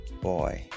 boy